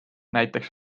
näiteks